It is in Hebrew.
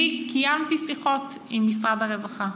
אני קיימתי שיחות עם משרד הרווחה,